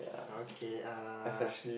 okay uh